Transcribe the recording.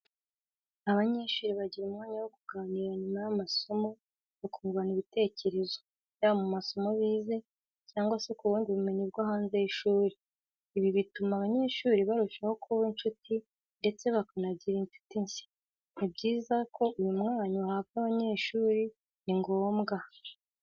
Abanyeshuri bagira umwanya wo kuganira nyuma y'amasomo bakungurana ibitekerezo, yaba ku masomo bize cyangwa se ku bundi bumenyi bwo hanze y'ishuri. lbi bituma abanyeshuri barushaho kuba incuti ndetse bakanagira incuti nshya. Ni byiza ko uyu mwanya uhabwa abanyeshuri kuko ni ngombwa.